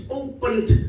opened